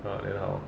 !huh! then how